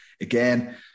again